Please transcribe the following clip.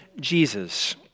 Jesus